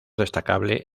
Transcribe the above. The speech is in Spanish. destacable